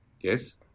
Yes